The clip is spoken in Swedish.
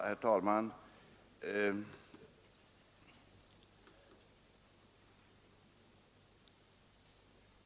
Herr talman!